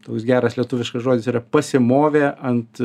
toks geras lietuviškas žodis yra pasimovė ant